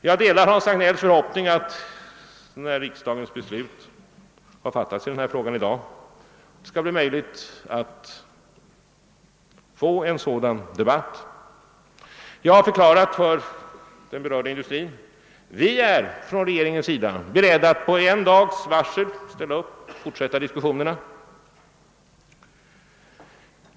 Jag delar herr Hagnells förhoppning att det, när riksdagens beslut i dag har fattats i denna fråga, skall bli möjligt att få en sådan debatt. Jag har förklarat för den berörda industrin att vi från regeringens sida är beredda att med en dags varsel ställa upp och fortsätta diskussionerna.